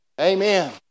Amen